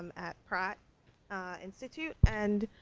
um at prague institute, and,